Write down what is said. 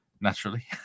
naturally